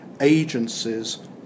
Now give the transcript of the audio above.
agencies